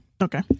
Okay